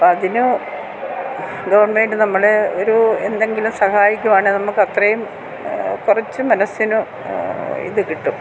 അപ്പം അതിന് ഗവൺമേൻറ്റ് നമ്മളെ ഒരു എന്തെങ്കിലും സഹായിക്കുവാണേൽ നമുക്ക് അത്രയും കുറച്ച് മനസ്സിന് ഇത് കിട്ടും